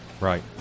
Right